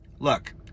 Look